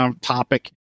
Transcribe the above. topic